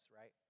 right